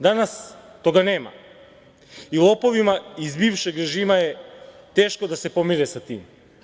Danas toga nema i lopovima iz bivšeg režima je teško da se pomire sa tim.